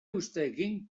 usteekin